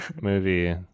movie